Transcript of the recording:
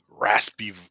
raspy